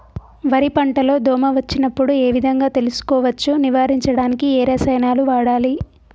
వరి పంట లో దోమ వచ్చినప్పుడు ఏ విధంగా తెలుసుకోవచ్చు? నివారించడానికి ఏ రసాయనాలు వాడాలి?